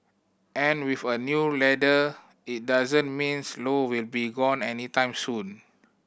and with a new leader it doesn't means Low will be gone anytime soon